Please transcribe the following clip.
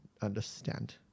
understand